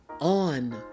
on